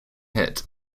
hit